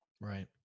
right